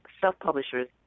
self-publishers